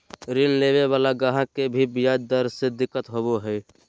ऋण लेवे वाला गाहक के भी ब्याज दर से दिक्कत होवो हय